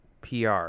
PR